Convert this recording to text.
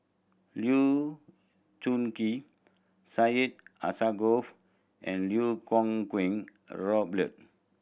Lee Choon Kee Syed Alsagoff and Lau Kuo Kwong and Robert